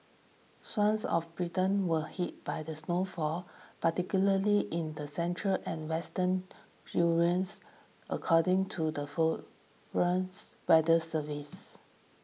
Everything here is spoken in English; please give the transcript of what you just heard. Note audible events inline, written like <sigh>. swathes of Britain were hit by the snowfall particularly in the central and western <unintelligible> according to the forums weather service